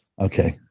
Okay